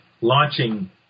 launching